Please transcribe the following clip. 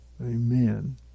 Amen